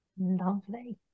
lovely